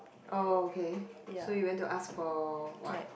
oh okay so you went to ask for what